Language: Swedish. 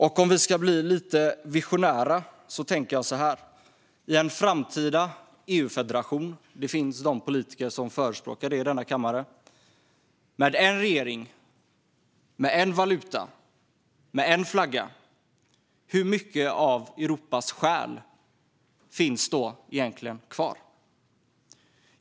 Om vi ska bli lite visionära undrar jag hur mycket av Europas själ som egentligen skulle finnas kvar med en framtida EU-federation med en regering, en valuta och en flagga - det finns politiker i denna kammare som förespråkar en sådan.